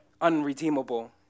unredeemable